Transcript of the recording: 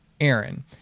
Aaron